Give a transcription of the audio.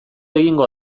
egingo